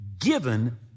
given